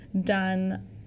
done